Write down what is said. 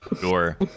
Sure